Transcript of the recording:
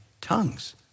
tongues